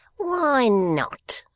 why not